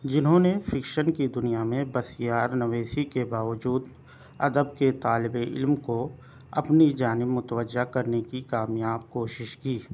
جنہوں نے فکشن کی دنیا میں بسیار نویسی کے باوجود ادب کے طالب علم کو اپنی جانب متوجہ کرنے کی کامیاب کوشش کی